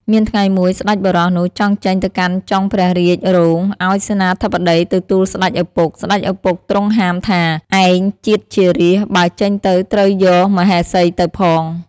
មានថ្ងៃមួយស្តេចបុរសនោះចង់ចេញទៅកាន់ចុងព្រះរាជរោង អោយសេនាបតីទៅទូលស្តេចឪពុក ស្តេចឪពុកទ្រង់ហាមថា “ឯងជាតិជារាស្ត្របើចេញទៅត្រូវយក មហេសីទៅផង ” ។